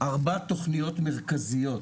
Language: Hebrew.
ארבע תכניות מרכזיות.